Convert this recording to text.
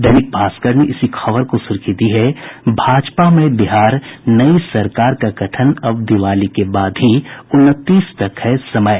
दैनिक भास्कर ने इसी खबर को सुर्खी दी है भाजपामय बिहार नई सरकार का गठन अब दिवाली के बाद ही उनतीस तक है समय